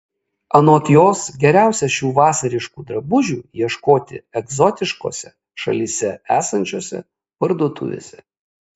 anot jos geriausia šių vasariškų drabužių ieškoti egzotiškose šalyse esančiose parduotuvėse